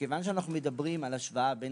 שמכיוון שאנחנו מדברים על השוואה בין